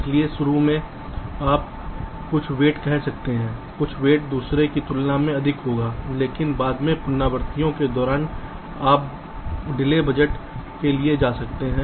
इसलिए शुरू में आप कुछ वेट कह सकते हैं कुछ नेट दूसरों की तुलना में अधिक महत्वपूर्ण हैं लेकिन बाद में पुनरावृत्तियों के दौरान आप डिले बजट के लिए जा सकते हैं